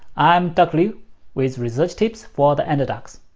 i am dr. liu with research tips for the underdogs.